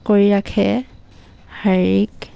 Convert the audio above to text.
কৰি ৰাখে শাৰীৰিক